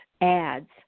ads